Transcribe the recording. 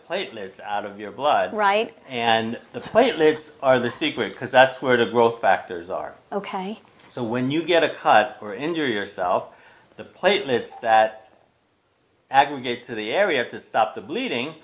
platelets out of your blood right and the players are the secret because that's where the growth factors are ok so when you get a cut or injure yourself the platelets that aggregates to the area to stop the bleeding